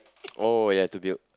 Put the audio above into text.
oh ya to build